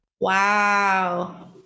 Wow